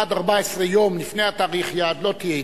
עד 14 יום לפני תאריך היעד, לא תהיה התקדמות.